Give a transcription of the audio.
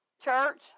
Church